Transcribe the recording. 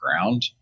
ground